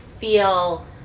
feel